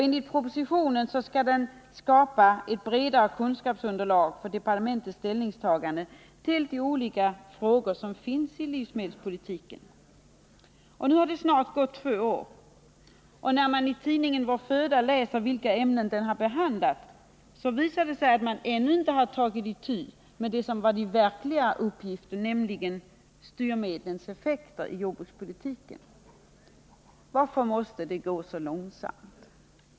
Enligt propositionen bör den skapa ett bredare kunskapsunderlag för departementets ställningstaganden till olika frågor i livsmedelspolitiken. Nu har snart två år gått sedan beredningen tillsattes. I tidningen Vår Föda kan man läsa vilka ämnen som behandlats av beredningen, och det visar sig därvid att man ännu inte tagit itu med den huvudsakliga uppgiften, nämligen att undersöka styrmedlens effekter i jordbrukspolitiken. Varför måste det gå så långsamt?